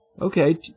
okay